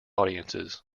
audiences